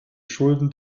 schulden